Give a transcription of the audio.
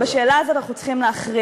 ובשאלה הזאת אנחנו צריכים להכריע.